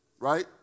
Right